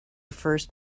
first